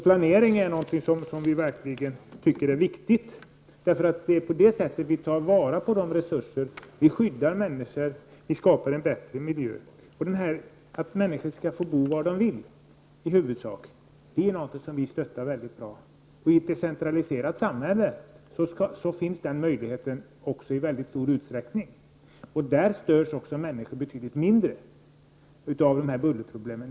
Planering är alltså något som vi tycker är viktigt, eftersom det är på det sättet som vi tar till vara resurser, skyddar människor och skapar en bättre miljö. Det som sades att människor i huvudsak skall få bo var de vill är något som vi stöttar. Och i ett decentraliserat samhälle finns den möjligheten i mycket stor utsträckning. I ett sådant samhälle störs människor betydligt mindre av bullerproblemen.